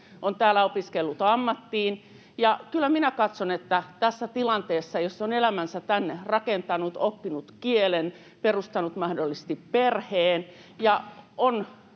on täällä opiskellut ammattiin, ja kyllä minä katson, että tässä tilanteessa, jos on elämänsä tänne rakentanut, oppinut kielen, perustanut mahdollisesti perheen ja on